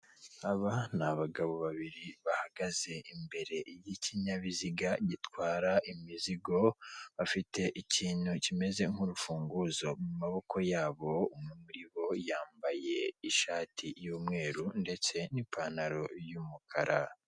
Aba n'abagabo babiri bahagaze imbere y' ikinyabiziga gitwara imizigo, bafite ikintu kimeze nk'urufunguzo mu maboko yabo; umwe muribo yambaye ishati y'umweru ndetse n'ipantaro'umukara